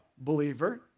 believer